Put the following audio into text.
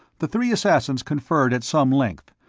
the three assassins conferred at some length.